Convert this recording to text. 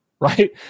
right